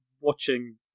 watching